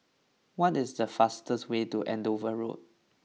what is the fastest way to Andover Road